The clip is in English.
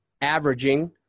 averaging